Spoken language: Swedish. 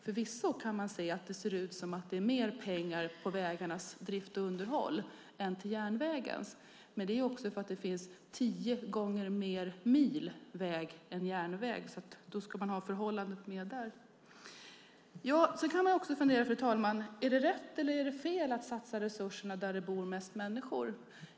Förvisso kan det se ut som att det är mer pengar till vägarnas drift och underhåll än till järnvägens, men det finns tio gånger mer mil väg än järnväg. Därför ska det förhållandet finnas med där. Man kan också fundera, fru talman, om det är rätt eller fel att satsa resurserna där det bor flest människor.